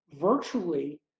virtually